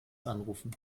anrufen